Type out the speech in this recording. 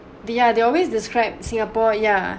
the ya they always described singapore ya